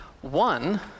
One